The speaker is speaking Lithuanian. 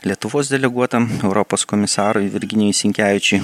lietuvos deleguotam europos komisarui virginijui sinkevičiui